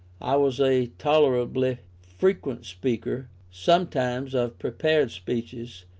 i was a tolerably frequent speaker, sometimes of prepared speeches,